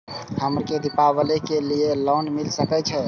हमरा के दीपावली के लीऐ लोन मिल सके छे?